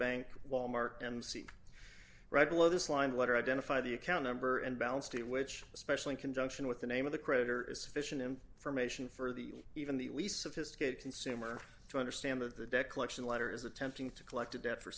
bank walmart and see right below this line letter identify the account number and balance to which especially in conjunction with the name of the creditor is sufficient and from asian for the even the least sophisticated consumer to understand that the debt collection letter is attempting to collect a debt for